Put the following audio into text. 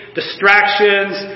distractions